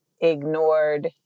ignored